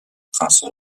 prince